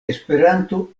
esperanto